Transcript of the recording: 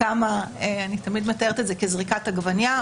אני תמיד מתארת את זה כזריקת עגבנייה,